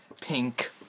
pink